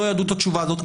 לא ידעו את התשובה הזאת.